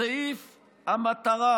בסעיף המטרה